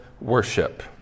worship